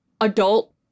adult